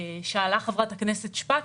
שאלה חברת הכנסת שפק.